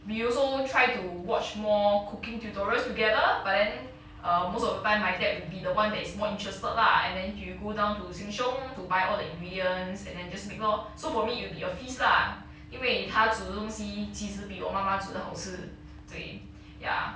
we also try to watch more cooking tutorials together but then err most of the time my dad would be the one that is more interested lah and then he will go down to sheng siong to buy all the ingredients and then just make lor so for me it will be a feast lah 因为他煮的东西其实比我妈妈煮的好吃对 ya